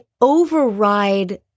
override